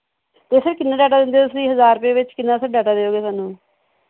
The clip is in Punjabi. ਅਤੇ ਸਰ ਕਿੰਨਾ ਡਾਟਾ ਦਿੰਦੇ ਹੋ ਤੁਸੀਂ ਹਜ਼ਾਰ ਰੁਪਏ ਵਿੱਚ ਕਿੰਨਾ ਸਰ ਡਾਟਾ ਦਿਉਗੇ ਸਾਨੂੰ